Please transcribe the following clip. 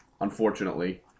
unfortunately